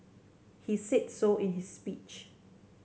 he said so in his speech